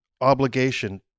obligation